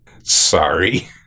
Sorry